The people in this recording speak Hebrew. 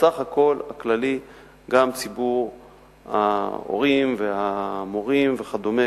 בסך הכול הכללי גם ציבור ההורים והמורים וכדומה,